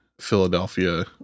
Philadelphia